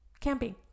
camping